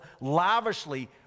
lavishly